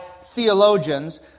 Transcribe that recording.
theologians